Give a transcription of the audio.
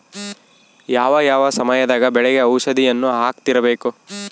ಯಾವ ಯಾವ ಸಮಯದಾಗ ಬೆಳೆಗೆ ಔಷಧಿಯನ್ನು ಹಾಕ್ತಿರಬೇಕು?